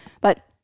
but-